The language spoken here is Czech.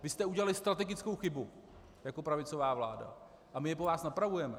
Vy jste udělali strategickou chybu jako pravicová vláda a my ji po vás napravujeme.